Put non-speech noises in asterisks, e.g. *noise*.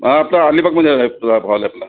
हां आता अलिबागमध्ये आहे *unintelligible*